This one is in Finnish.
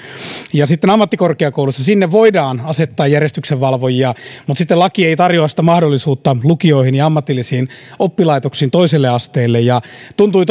ja ammattikorkeakouluissa voidaan asettaa järjestyksenvalvojia mutta sitten laki ei tarjoa sitä mahdollisuutta lukioihin ja ammatillisiin oppilaitoksiin toiselle asteelle tuntui